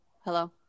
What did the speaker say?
Hello